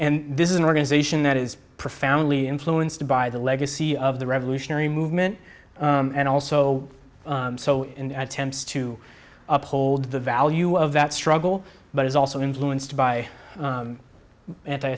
and this is an organization that is profoundly influenced by the legacy of the revolutionary movement and also so in attempts to uphold the value of that struggle but is also influenced by anti